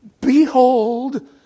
Behold